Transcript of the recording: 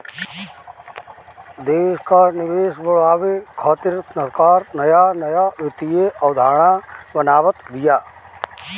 देस कअ निवेश बढ़ावे खातिर सरकार नया नया वित्तीय अवधारणा बनावत बिया